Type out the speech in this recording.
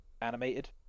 animated